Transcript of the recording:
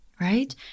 right